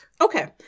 Okay